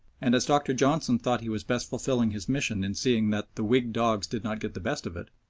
and as dr. johnson thought he was best fulfilling his mission in seeing that the whig dogs did not get the best of it,